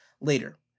later